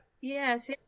Yes